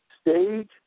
stage